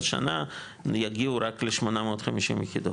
השנה יגיעו רק ל-850 יחידות,